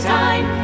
time